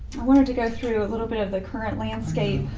i wanted to go through a little bit of the current landscape